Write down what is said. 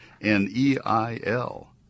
N-E-I-L